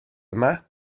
yma